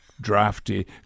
drafty